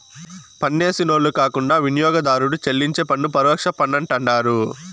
పన్నేసినోళ్లు కాకుండా వినియోగదారుడు చెల్లించే పన్ను పరోక్ష పన్నంటండారు